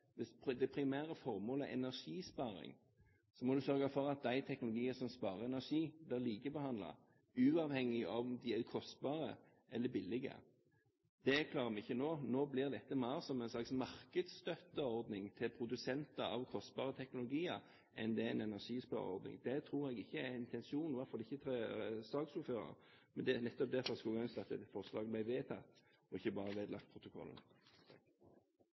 Hvis det primære formålet er energisparing, må man sørge for at de teknologier som sparer energi, blir likebehandlet, uavhengig om de er kostbare eller billige. Det klarer vi ikke nå. Nå blir dette mer som en slags markedsstøtteordning til produsenter av kostbare teknologier, enn det er en energispareordning. Det tror jeg ikke er intensjonen, i hvert fall ikke til saksordfører. Men det er nettopp derfor jeg skulle ønske at dette forslaget hadde blitt vedtatt og ikke bare vedlagt protokollen.